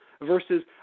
versus